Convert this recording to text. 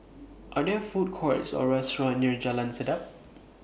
Are There Food Courts Or restaurants near Jalan Sedap